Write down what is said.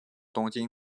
东京